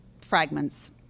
fragments